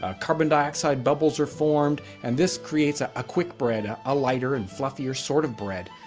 ah carbon dioxide bubbles are formed and this creates ah a quick bread, ah a lighter and fluffier sort of bread.